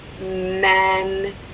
men